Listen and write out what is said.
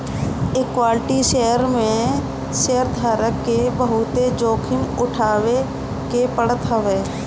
equity share में शेयरधारक के बहुते जोखिम उठावे के पड़त हवे